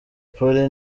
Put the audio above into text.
polly